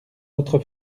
votre